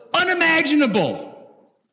unimaginable